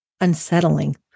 unsettling